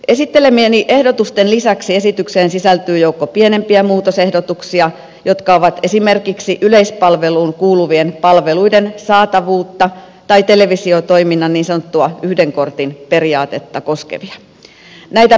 esittelemieni ehdotusten lisäksi esitykseen sisältyy joukko pienempiä muutosehdotuksia jotka ovat esimerkiksi yleispalveluun kuuluvien palveluiden saatavuutta tai televisiotoiminnan niin sanottua yhden kortin periaatetta koskevia